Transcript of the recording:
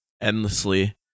endlessly